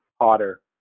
hotter